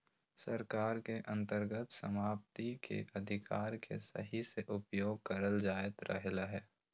सरकार के अन्तर्गत सम्पत्ति के अधिकार के सही से उपयोग करल जायत रहलय हें